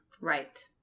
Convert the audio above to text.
Right